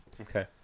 Okay